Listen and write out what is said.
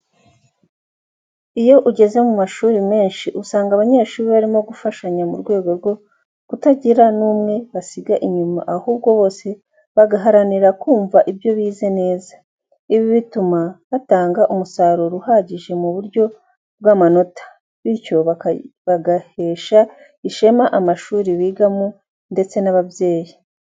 Iyo ugeze mu mashuri menshi usanga abanyeshuri barimo bafashanya mu rwego rwo kutagira n'umwe basiga inyuma ahubwo bose bagaharanira kumva ibyo bize neza. Ibi bituma batanga umusaruro uhagije mu buryo bw'amanota, bityo bagahesha ishema amashuri bigamo ndetse n'ababyeyi.